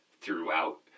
Throughout